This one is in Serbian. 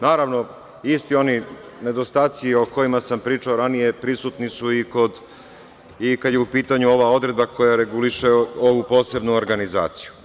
Naravno, isti oni nedostaci o kojima sam pričao ranije prisutni su i kad je u pitanju ova odredba koja reguliše ovu posebnu organizaciju.